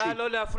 נא לא להפריע.